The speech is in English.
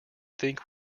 think